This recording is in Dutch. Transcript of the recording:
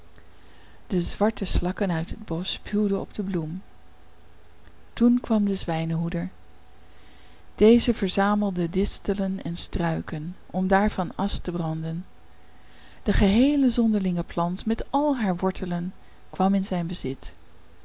de zwarte slakken uit het bosch spuwden op de bloem toen kwam de zwijnenhoeder deze verzamelde distelen en struiken om daarvan asch te branden de geheele zonderlinge plant met al haar wortelen kwam in zijn bezit